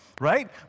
Right